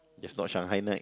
that's not Shanghai-Knight